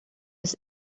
his